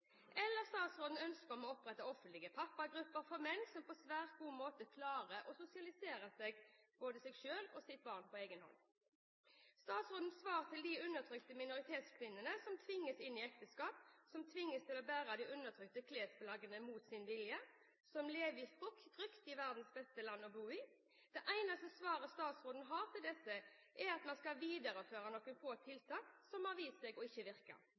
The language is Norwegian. eller statsrådens ønske om å opprette offentlige pappagrupper for menn, som på svært god måte klarer å sosialisere både seg selv og sitt barn på egen hånd. Statsrådens svar til de undertrykte minoritetskvinnene som tvinges inn i ekteskap, som tvinges til å bære de undertrykkende klesplaggene mot sin vilje, som lever i frykt i verdens beste land å bo i – det eneste svaret statsråden har til disse – er at vi skal videreføre noen få tiltak som har vist seg ikke å virke. Det holder rett og slett ikke.